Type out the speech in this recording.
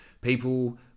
People